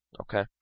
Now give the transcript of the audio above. Okay